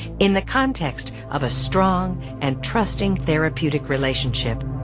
in the context of a strong and trusting therapeutic relationship,